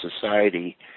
society